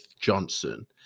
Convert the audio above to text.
Johnson